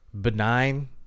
benign